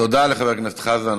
תודה רבה לחבר הכנסת חזן.